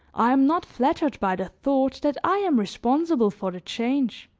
i am not flattered by the thought that i am responsible for the change.